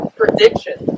prediction